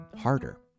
harder